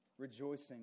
Rejoicing